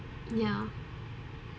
ya